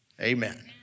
Amen